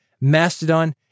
Mastodon